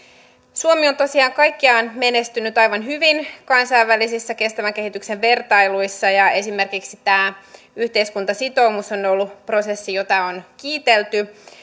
suomi on tosiaan kaikkiaan menestynyt aivan hyvin kansainvälisissä kestävän kehityksen vertailuissa ja esimerkiksi tämä yhteiskuntasitoumus on ollut prosessi jota on kiitelty